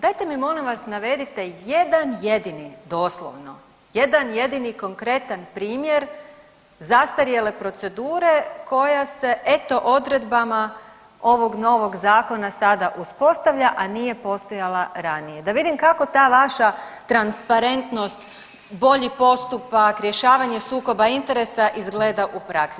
Dajte mi molim vas navedite jedan jedini doslovno jedan jedini konkretan primjer zastarjele procedure koja se eto odredbama ovog novog zakona sada uspostavlja, a nije postojala ranije, da vidim kako ta vaša transparentnost, bolji postupak, rješavanje sukoba interesa izgleda u praksi.